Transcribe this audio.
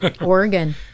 Oregon